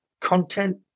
content